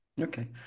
Okay